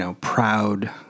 proud